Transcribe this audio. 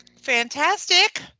Fantastic